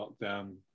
lockdown